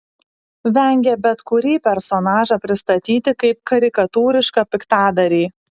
vengė bet kurį personažą pristatyti kaip karikatūrišką piktadarį